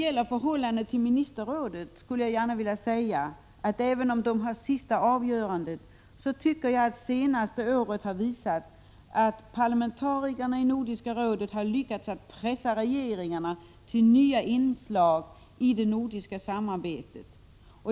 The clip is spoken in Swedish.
Även om ministerrådet har det slutliga avgörandet tycker jag att det senaste året har visat att parlamentarikerna i Nordiska rådet lyckats pressa regeringarna till nya inslag i det nordiska samarbetet.